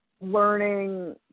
learning